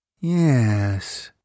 Yes